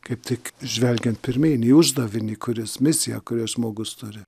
kaip tik žvelgiant pirmyn į uždavinį kuris misiją kurią žmogus turi